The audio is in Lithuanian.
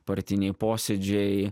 partiniai posėdžiai